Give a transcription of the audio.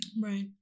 right